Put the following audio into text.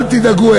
אל תדאגו,